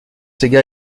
sega